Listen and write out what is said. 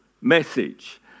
message